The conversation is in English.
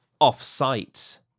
off-site